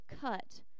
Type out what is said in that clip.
cut